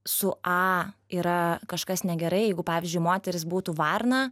su a yra kažkas negerai jeigu pavyzdžiui moteris būtų varna